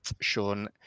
Sean